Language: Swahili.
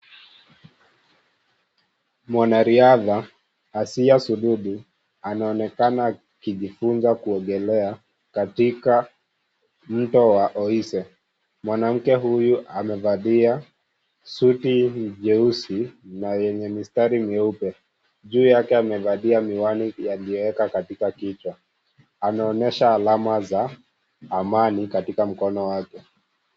Mwanariadha Asiya Surudi anaonekana akijifunza kuogelea katika mto wa Oise. Mwanamke huyu amevalia suti jeusi na yenye mistari mieupe. Juu yake amevalia miwani yaliyoeka katika kichwa. Anaonyesha alama za amani katika mkono wake.